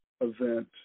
event